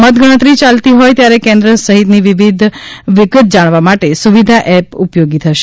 મતગણતરી યાલતી હોય ત્યારે કેન્દ્ર સહિતની વિગત જાણવા માટે સુવિધા એપ ઉપયોગી થશે